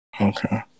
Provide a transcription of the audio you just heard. Okay